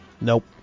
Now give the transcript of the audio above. Nope